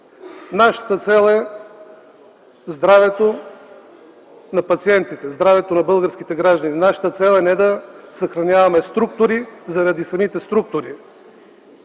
Нашата цел е здравето на пациентите, здравето на българските граждани. Нашата цел е не да съхраняваме структури заради самите структури.